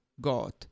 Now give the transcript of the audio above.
God